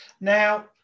Now